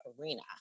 arena